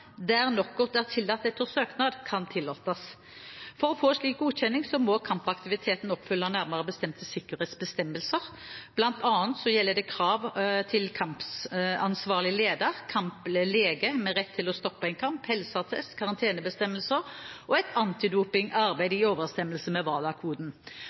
der knockout er tillatt etter søknad, kan tillates. For å få en slik godkjenning må kampaktiviteten oppfylle nærmere bestemte sikkerhetsbestemmelser. Blant annet gjelder det krav til kampansvarlig leder, kamplege med rett til å stoppe en kamp, helseattest, karantenebestemmelser og et